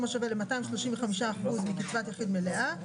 בסכום השווה ל-235% מקצבת יחיד מלאה,